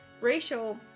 racial